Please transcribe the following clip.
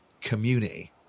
community